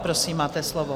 Prosím, máte slovo.